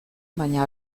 baina